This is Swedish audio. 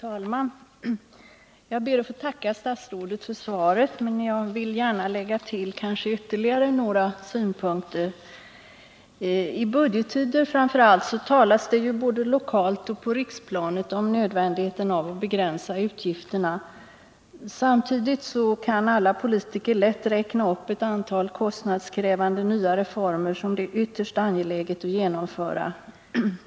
Fru talman! Jag ber att få tacka statsrådet för svaret. Jag vill gärna lägga till några synpunkter. Framför allt i budgettider talas det både lokalt och på riksplanet om nödvändigheten av att begränsa utgifterna. Samtidigt kan alla politiker lätt räkna upp ett antal kostnadskrävande nya reformer som det är ytterst angeläget att genomföra.